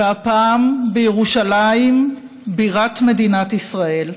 והפעם בירושלים, בירת מדינת ישראל.